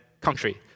country